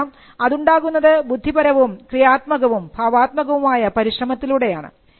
കാരണം അതുണ്ടാകുന്നത് ബുദ്ധിപരവും ക്രിയാത്മകവും ഭാവാത്മകമായ പരിശ്രമത്തിലൂടെയാണ്